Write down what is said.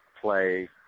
play